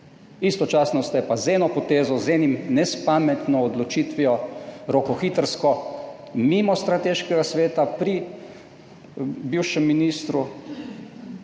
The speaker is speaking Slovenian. Istočasno ste pa z eno potezo, z enim nespametno odločitvijo rokohitrsko mimo strateškega sveta pri bivšem ministru